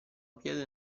piede